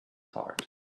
heart